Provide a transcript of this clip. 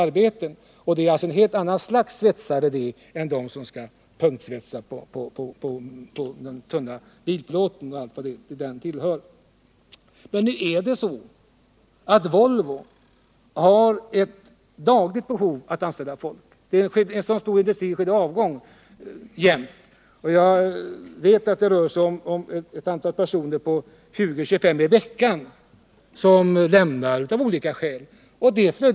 Och än en gång: Det är ett helt annat slags svetsare vid varven än det är som skall punktsvetsa på den tunna bilplåten. Vidare har Volvo ett dagligt behov av att anställa folk. Vid en sådan stor industri blir det ständig avgång, och jag vet att det rör sig om 20-25 personer i veckan som av olika skäl lämnar Volvo.